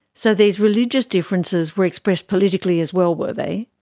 so these religious differences were expressed politically as well, were they?